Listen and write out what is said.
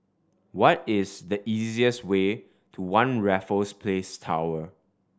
what is the easiest way to One Raffles Place Tower